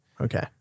Okay